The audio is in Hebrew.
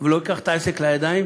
ולא ייקח את העסק לידיים